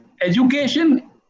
education